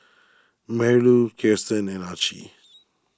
Marilou Kiersten and Archie